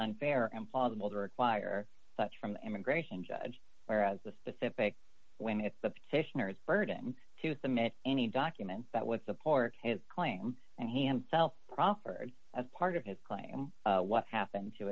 unfair and plausible to require such from the immigration judge whereas the specific when it's the petitioners burden to submit any documents that would support his claim and he himself proffered as part of his claim what happened to